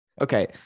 Okay